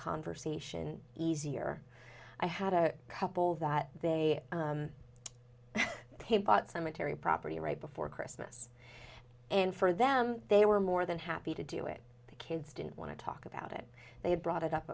conversation easier i had a couple that they bought cemetery property right before christmas and for them they were more than happy to do it the kids didn't want to talk about it they had brought it up